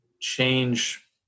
change